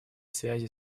связи